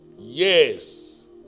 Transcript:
Yes